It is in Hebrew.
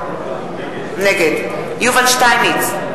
נגד יובל שטייניץ,